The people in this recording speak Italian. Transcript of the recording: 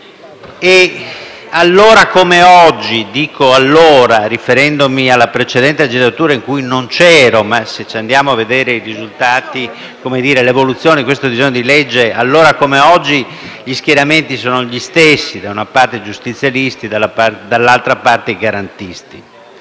e allora come oggi - dico allora riferendomi alla precedente legislatura, in cui non c'ero - se andiamo a vedere i risultati e l'evoluzione di questo disegno di legge, gli schieramenti sono gli stessi: da una parte i giustizialisti e dall'altra i garantisti.